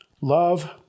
love